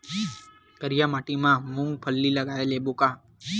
करिया माटी मा मूंग फल्ली लगय लेबों का?